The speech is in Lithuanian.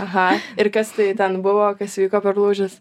aha ir kas tai ten buvo kas įvyko per lūžis